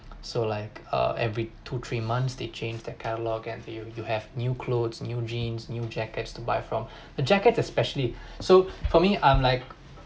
so like err every two three months they change their catalogue and for you you have new clothes new jeans new jackets to buy from a jacket especially so for me I'm like